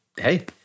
hey